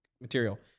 material